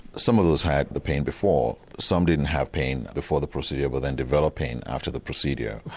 some of those had the pain before some didn't have pain before the procedure but then developed pain after the procedure.